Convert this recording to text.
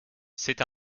c’est